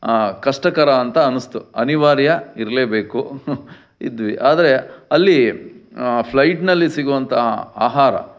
ಕಷ್ಟಕರ ಅಂತ ಅನ್ನಿಸ್ತು ಅನಿವಾರ್ಯ ಇರಲೇಬೇಕು ಇದ್ದೀವಿ ಆದರೆ ಅಲ್ಲಿ ಫ್ಲೈಟ್ನಲ್ಲಿ ಸಿಗುವಂಥ ಆಹಾರ